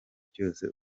cyose